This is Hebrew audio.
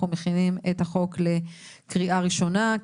אנחנו מכינים את החוק לקריאה ראשונה.